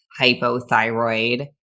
hypothyroid